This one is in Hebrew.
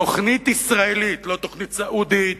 תוכנית ישראלית, לא תוכנית סעודית,